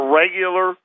regular